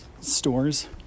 stores